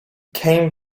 came